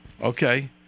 Okay